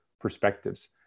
perspectives